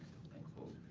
end quote.